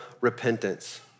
repentance